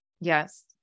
Yes